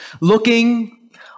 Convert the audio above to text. looking